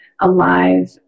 alive